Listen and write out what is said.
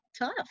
tough